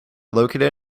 located